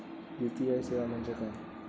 UPI सेवा म्हणजे काय?